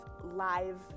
live